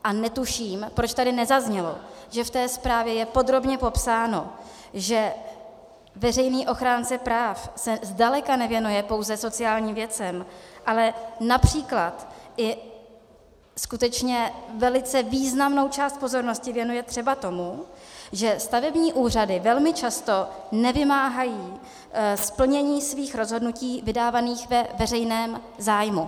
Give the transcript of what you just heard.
A netuším, proč tady nezaznělo, že v té zprávě je podrobně popsáno, že veřejný ochránce práv se zdaleka nevěnuje pouze sociálním věcem, ale například i skutečně velice významnou část pozornosti věnuje třeba tomu, že stavební úřady velmi často nevymáhají splnění svých rozhodnutí vydávaných ve veřejném zájmu.